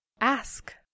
ask